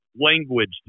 language